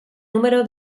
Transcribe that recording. número